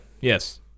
yes